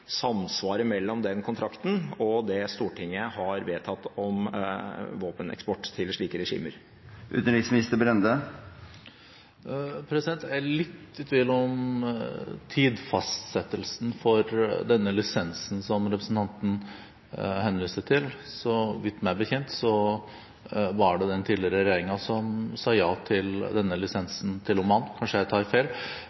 samsvaret mellom den kontrakten og det Stortinget har vedtatt om våpeneksport til slike regimer? Jeg er litt i tvil om tidsfastsettelsen for den lisensen som representanten henviser til. Meg bekjent var det den tidligere regjeringen som sa ja til denne lisensen til Oman, men kanskje jeg tar feil.